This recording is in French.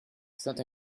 saint